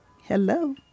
Hello